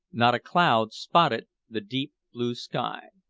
not a cloud spotted the deep-blue sky.